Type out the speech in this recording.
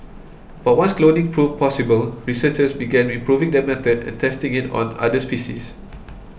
but once cloning proved possible researchers began improving their method and testing it on other species